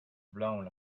blown